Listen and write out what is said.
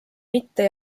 mitte